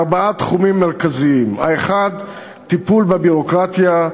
בארבעה תחומים מרכזיים: 1. טיפול בביורוקרטיה,